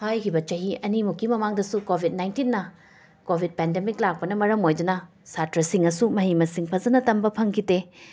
ꯍꯥꯏꯈꯤꯕ ꯆꯍꯤ ꯑꯅꯤꯃꯨꯛꯀꯤ ꯃꯃꯥꯡꯗꯁꯨ ꯀꯣꯕꯤꯠ ꯅꯥꯏꯟꯇꯤꯟꯅ ꯀꯣꯕꯤꯠ ꯄꯦꯟꯗꯦꯃꯤꯛ ꯂꯥꯛꯄꯅ ꯃꯔꯝ ꯑꯣꯏꯗꯨꯅ ꯁꯥꯇ꯭ꯔꯁꯤꯡꯅꯁꯨ ꯃꯍꯩ ꯃꯁꯤꯡ ꯐꯖꯅ ꯇꯝꯕ ꯐꯪꯈꯤꯗꯦ